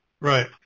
Right